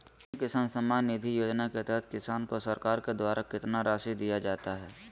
PM किसान सम्मान निधि योजना के तहत किसान को सरकार के द्वारा कितना रासि दिया जाता है?